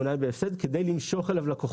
הקמעונאי בהפסד כדי למשוך אליו לקוחות.